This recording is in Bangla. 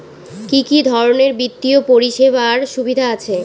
কি কি ধরনের বিত্তীয় পরিষেবার সুবিধা আছে?